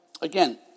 again